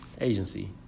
agency